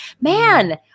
man